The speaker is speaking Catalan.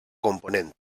component